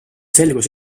selgus